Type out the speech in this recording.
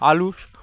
আলু